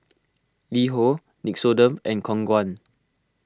LiHo Nixoderm and Khong Guan